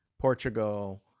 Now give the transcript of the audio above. Portugal